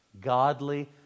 godly